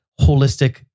holistic